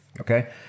okay